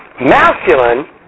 Masculine